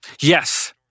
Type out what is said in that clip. Yes